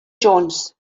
jones